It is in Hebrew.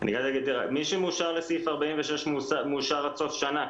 מי שמאושר לסעיף 46 מאושר עד סוף השנה.